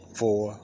four